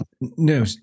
No